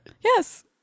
yes